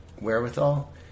wherewithal